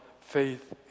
faith